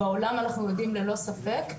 בעולם אנחנו יודעים ללא ספק,